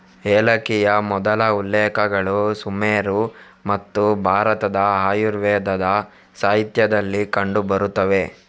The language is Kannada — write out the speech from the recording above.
ಏಲಕ್ಕಿಯ ಮೊದಲ ಉಲ್ಲೇಖಗಳು ಸುಮೇರು ಮತ್ತು ಭಾರತದ ಆಯುರ್ವೇದ ಸಾಹಿತ್ಯದಲ್ಲಿ ಕಂಡು ಬರುತ್ತವೆ